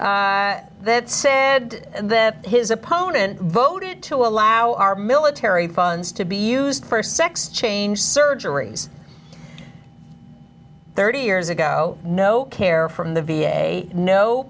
that said that his opponent voted to allow our military funds to be used for sex change surgery thirty years ago no care from the v a no